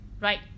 Right